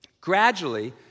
gradually